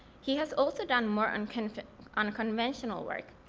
he has also done more unconventional unconventional work,